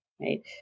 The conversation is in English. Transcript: right